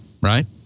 right